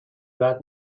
راحت